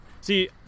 See